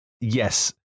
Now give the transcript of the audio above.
yes